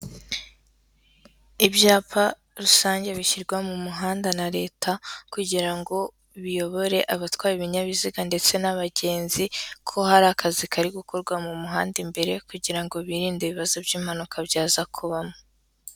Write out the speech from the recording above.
Ibyapa rusange bishyirwa mu muhanda na leta kugira ngo biyobore abatwa ibinyabiziga ndetse n'abagenzi ko hari akazi kari gukorwa mu muhanda imbere kugira ngo birinde ibibazo by'impanuka byaza kubamo.